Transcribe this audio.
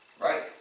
right